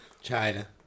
China